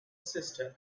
sister